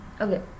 okay